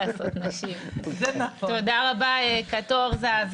תודה רבה, קטורזה.